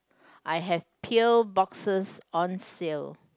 I have pail boxes on sale